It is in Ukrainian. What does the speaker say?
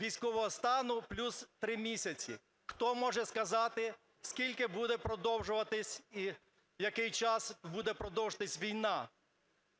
військового стану плюс три місяці. Хто може сказати скільки буде продовжуватись і який час буде продовжуватись війна?